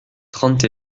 trente